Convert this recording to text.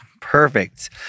Perfect